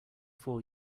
four